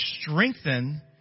strengthen